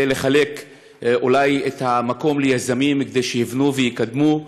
אולי כדי לחלק את המקום ליזמים כדי שיבנו ויקדמו,